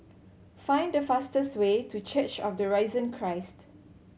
find the fastest way to Church of the Risen Christ